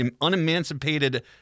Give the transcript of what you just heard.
unemancipated